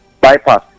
bypass